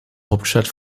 hauptstadt